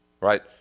right